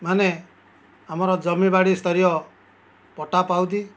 ମାନେ ଆମର ଜମିବାଡ଼ି ସ୍ତରୀୟ ପଟା ପାଉତି